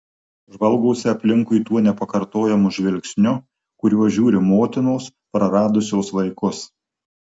žvalgosi aplinkui tuo nepakartojamu žvilgsniu kuriuo žiūri motinos praradusios vaikus